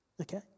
Okay